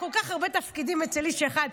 כל כך הרבה תפקידים אצל איש אחד,